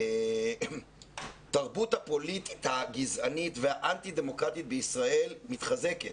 התרבות הפוליטית הגזענית והאנטי דמוקרטית בישראל מתחזקת,